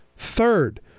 Third